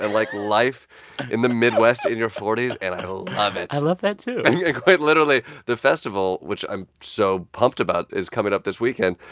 and like, life in the midwest in your forty s. and i love it i love that, too and quite literally the festival which i'm so pumped about is coming up this weekend.